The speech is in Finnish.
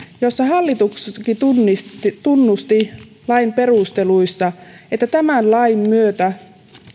jossa hallituskin tunnusti tunnusti lain perusteluissa että tämän lain myötä